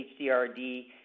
HDRD